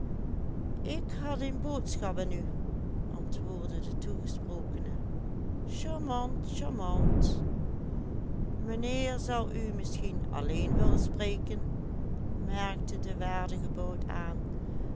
ik had een boodschap aan u antwoordde de toegesprokene charmant charmant mijnheer zal u misschien alleen willen spreken merkte de waardige bout aan